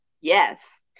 Yes